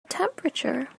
temperature